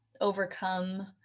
overcome